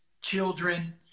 children